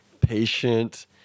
patient